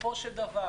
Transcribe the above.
בסופו של דבר,